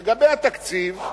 לגבי התקציב,